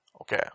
Okay